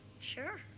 Sure